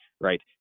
right